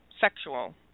sexual